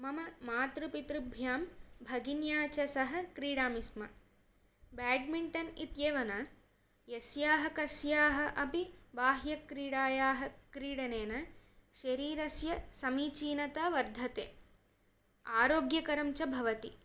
मम मातृपितृभ्यां भगिन्याः च सह क्रीडामि स्म बेड्मिण्टन् इत्येव न यस्याः कस्याः अपि बाह्यक्रीडायाः क्रीडनेन शरीरस्य समीचीनता वर्धते आरोग्यकरञ्च भवति